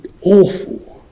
awful